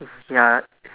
ya